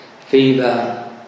fever